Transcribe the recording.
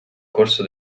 corso